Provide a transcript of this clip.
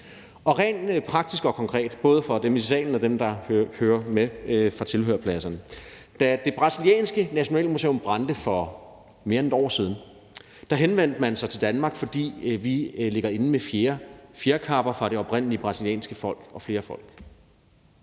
Rent praktisk og konkret kan jeg oplyse, både for dem i salen og for dem, der hører med fra tilhørerpladserne, at da det brasilianske nationalmuseum brændte for mere end et år siden, henvendte man sig til Danmark, fordi vi ligger inde med fjerkapper fra det oprindelige brasilianske folk og flere folk.